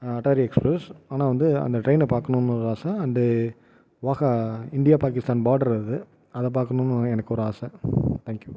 Attari express ஆனால் வந்து அந்த ட்ரெயினை பார்க்கனுன்னு ஒரு ஆசை and Wagah India Pakistan border அது அதை பார்க்கனுன்னு எனக்கு ஒரு ஆசை தேங்க் யூ